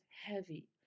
heavy